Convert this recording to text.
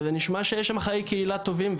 וזה נשמע שיש שם חיי קהילה טובים,